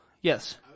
yes